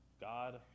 God